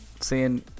seeing